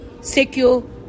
secure